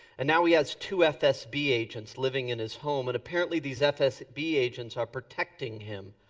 and now he has two fsb agents living in his home and apparently these fsb agents are protecting him.